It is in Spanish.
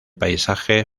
paisaje